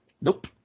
Nope